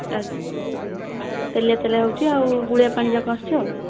ଆଜ୍ଞା ତେଲିଆ ତେଲିଆ ହେଉଛି ଆଉ ଗୋଳିଆ ପାଣି ଯାକ ଆସୁଛି ଆଉ